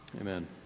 Amen